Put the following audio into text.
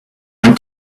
want